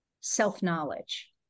self-knowledge